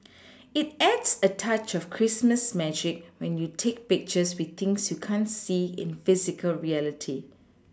it adds a touch of Christmas magic when you take pictures with things you can't see in physical reality